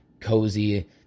cozy